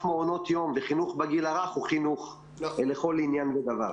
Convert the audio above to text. מעונות יום וחינוך בגיל הרך הוא חינוך לכל עניין ודבר.